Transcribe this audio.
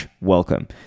welcome